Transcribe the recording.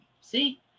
see